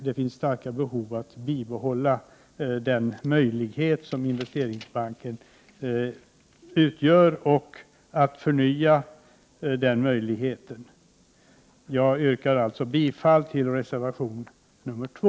Det finns starka skäl att bibehålla den möjlighet Investeringsbanken utgör och att förnya den möjligheten. Jag yrkar alltså bifall till reservation 2.